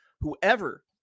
Whoever